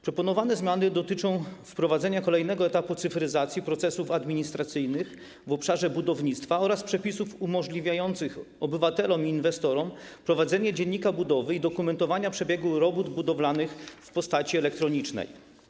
Proponowane zmiany dotyczą wprowadzenia kolejnego etapu cyfryzacji procesów administracyjnych w obszarze budownictwa oraz przepisów umożliwiających obywatelom i inwestorom prowadzenie dziennika budowy i dokumentowania przebiegu robót budowlanych w postaci elektronicznej.